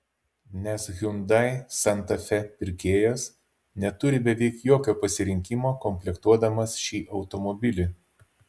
nes hyundai santa fe pirkėjas neturi beveik jokio pasirinkimo komplektuodamas šį automobilį